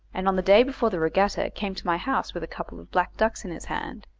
and on the day before the regatta came to my house with a couple of black ducks in his hand.